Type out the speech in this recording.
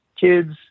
kids